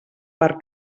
part